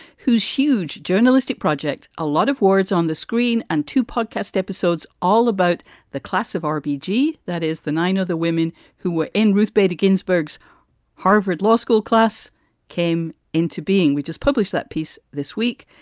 whose huge journalistic project, a lot of words on the screen and to podcast episodes, all about the class of rpg. that is the nine of the women who were in ruth bader ginsburg's harvard law school class came into being. we just published that piece this week.